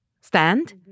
stand